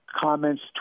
comments